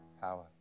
power